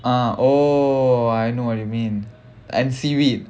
ah oh I know what you mean and seaweed